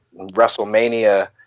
WrestleMania